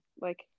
like-